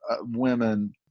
women